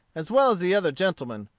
as well as the other gentlemen,